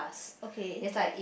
okay